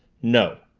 no,